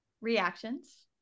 Reactions